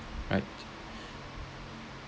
right